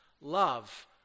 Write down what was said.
love